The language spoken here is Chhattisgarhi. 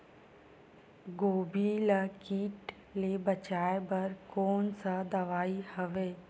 गोभी ल कीट ले बचाय बर कोन सा दवाई हवे?